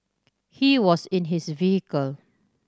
he was in his vehicle